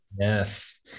Yes